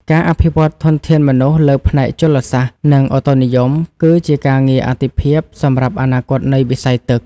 ការអភិវឌ្ឍធនធានមនុស្សលើផ្នែកជលសាស្ត្រ និងឧតុនិយមគឺជាការងារអាទិភាពសម្រាប់អនាគតនៃវិស័យទឹក។